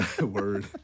word